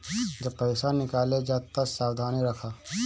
जब पईसा निकाले जा तअ सावधानी रखअ